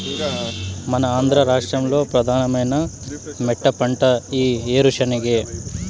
మన ఆంధ్ర రాష్ట్రంలో ప్రధానమైన మెట్టపంట ఈ ఏరుశెనగే